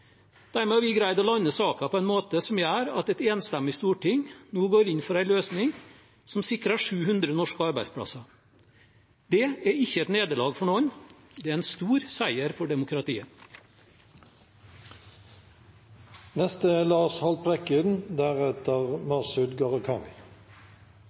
Dermed har vi greid å lande saken på en måte som gjør at et enstemmig storting nå går inn for en løsning som sikrer 700 norske arbeidsplasser. Det er ikke et nederlag for noen. Det er en stor seier for demokratiet.